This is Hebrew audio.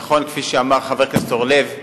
נכון, כפי שאמר חבר הכנסת אורלב,